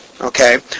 Okay